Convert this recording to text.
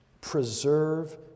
Preserve